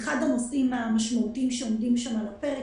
אחד הנושאים המשמעותיים שעומדים שם על הפרק,